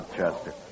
Chester